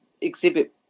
exhibit